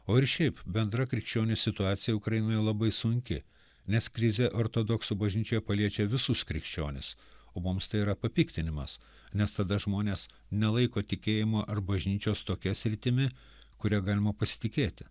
o ir šiaip bendra krikščionių situacija ukrainoje labai sunki nes krizė ortodoksų bažnyčioje paliečia visus krikščionis o mums tai yra papiktinimas nes tada žmonės nelaiko tikėjimo ar bažnyčios tokia sritimi kuria galima pasitikėti